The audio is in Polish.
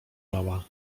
mała